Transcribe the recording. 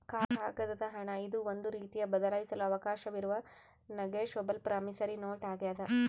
ಕಾಗದದ ಹಣ ಇದು ಒಂದು ರೀತಿಯ ಬದಲಾಯಿಸಲು ಅವಕಾಶವಿರುವ ನೆಗೋಶಬಲ್ ಪ್ರಾಮಿಸರಿ ನೋಟ್ ಆಗ್ಯಾದ